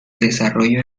desarrollo